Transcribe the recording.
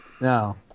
No